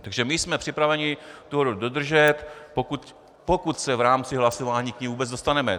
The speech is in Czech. Takže my jsme připraveni dohodu dodržet, pokud se k ní v rámci hlasování vůbec dostaneme.